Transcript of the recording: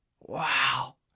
Wow